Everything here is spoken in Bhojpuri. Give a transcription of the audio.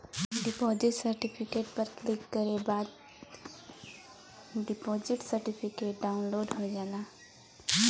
डिपॉजिट सर्टिफिकेट पर क्लिक करे के बाद डिपॉजिट सर्टिफिकेट डाउनलोड हो जाला